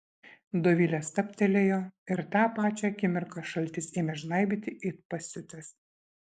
dovilė stabtelėjo ir tą pačią akimirką šaltis ėmė žnaibyti it pasiutęs